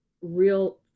real